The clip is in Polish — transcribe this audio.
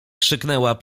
krzyknęła